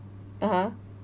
(uh huh)